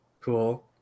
Cool